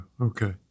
okay